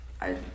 I